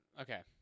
Okay